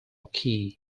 key